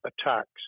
attacks